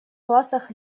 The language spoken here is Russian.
классах